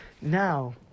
Now